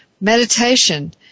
Meditation